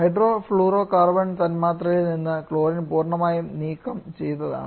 hydrofluorocarbon തന്മാത്രയിൽ നിന്ന് chlorine പൂർണ്ണമായും നീക്കം ചെയ്തതാണ്